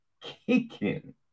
kicking